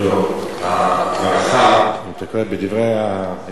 ההארכה, אם תקרא בדברי ההסבר, היא לשבע שנים.